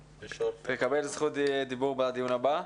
תקבל זכות דיבור בדיון הבא.